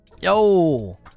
Yo